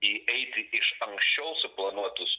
į eiti iš anksčiau suplanuotus